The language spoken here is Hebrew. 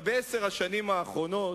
בעשר השנים האחרונות,